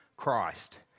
Christ